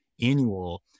annual